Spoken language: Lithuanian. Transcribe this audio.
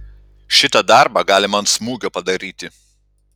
šitą darbą galima ant smūgio padaryti